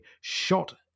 shot